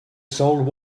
sold